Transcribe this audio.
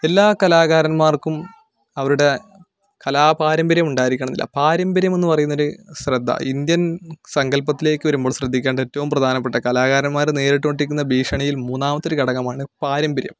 എല്ലാ കലാകാരന്മാർക്കും അവരുടെ കലാപാരമ്പര്യം ഉണ്ടായിരിക്കണം എന്നില്ല പാരമ്പര്യം എന്ന് പറയുന്ന ഒരു ശ്രദ്ധ ഇന്ത്യൻ സങ്കല്പത്തിലേക്ക് വരുമ്പോൾ ശ്രദ്ധിക്കേണ്ട ഏറ്റവും പ്രധാനപ്പെട്ട കലാകാരന്മാർ നേരിട്ടു കൊണ്ടിരിക്കുന്ന ഭീഷണിയിൽ മൂന്നാമത്തെ ഒരു ഘടകമാണ് പാരമ്പര്യം